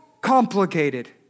complicated